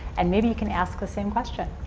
and maybe you can ask the same question.